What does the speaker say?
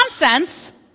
Nonsense